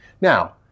Now